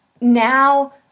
now